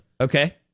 Okay